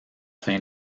fin